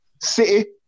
City